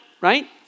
right